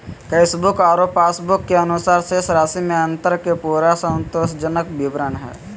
cashbook आरो passbook के अनुसार शेष राशि में अंतर के पूरा संतोषजनक विवरण हइ